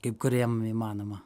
kai kuriem įmanoma